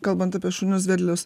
kalbant apie šunius vedlius